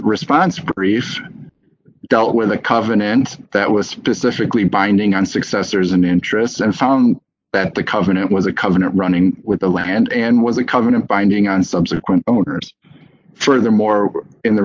response brief dealt with a covenant that was specifically binding on successors and interest and found that the covenant was a covenant running with the land and was a covenant binding on subsequent owners furthermore in the